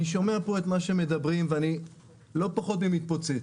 אני שומע פה את מה שמדברים, ואני לא פחות ממתפוצץ.